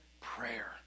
prayer